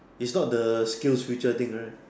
it's not the SkillsFuture thing right